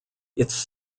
its